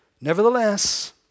Nevertheless